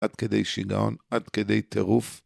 ‫עד כדי שיגעון, עד כדי תירוף.